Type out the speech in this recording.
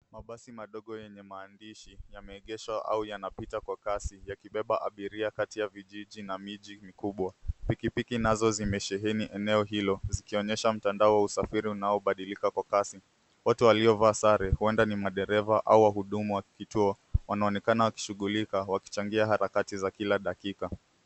Mabasi madogo yenye maandishi yamaegeshwa au yanapita kwa kasi yakibeba abiria kati ya vijiji na miji mikubwa, pikipiki nazo zimesheheni eneo hilo zikionyesha mtandao wa usafiri unaobadilika kwa kasi ,watu waliovaa sare huenda ni madereva au wahudumu wa kituo wanaonekana wakishughulika wakichangia harakati za kila.